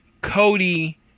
Cody